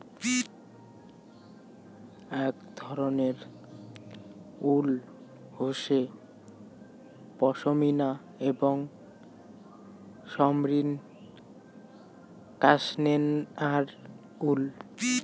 আক ধরণের উল হসে পশমিনা এবং মসৃণ কাশ্মেয়ার উল